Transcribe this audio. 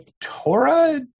Torah